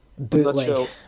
Bootleg